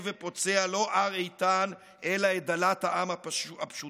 ופוצע לא הר איתן אלא את דלת העם הפשוטה.